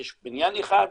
יש בניין אחד,